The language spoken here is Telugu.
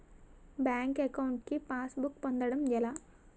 బ్యాంక్ అకౌంట్ కి పాస్ బుక్ పొందడం ఎలా?